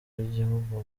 b’igihugu